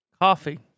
Coffee